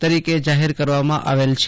તરીકે જાહેર કરવામાં આવૈલ છે